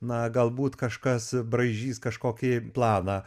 na galbūt kažkas braižys kažkokį planą